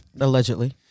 Allegedly